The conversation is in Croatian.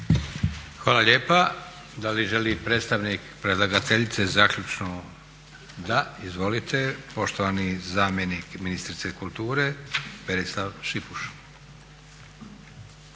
Hvala lijepa. Da li želi predstavnik predlagateljice zaključno? Da. Izvolite poštovani zamjenik ministrice kulture Berislav Šipuš.